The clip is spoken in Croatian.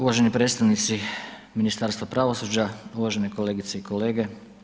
Uvaženi predstavnici Ministarstva pravosuđa, uvažene kolegice i kolege.